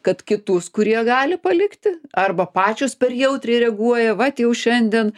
kad kitus kurie gali palikti arba pačios per jautriai reaguoja vat jau šiandien